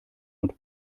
und